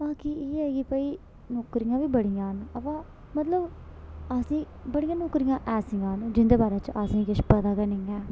बाकी एह् ऐ कि भाई नौकरियां बी बड़ियां न अवा मतलब असेंई बड़ियां नौकरियां ऐसियां न जिंदे बारै च असेंई किश पता गै नी ऐ